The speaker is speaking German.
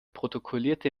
protokollierte